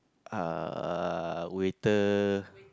uh waiter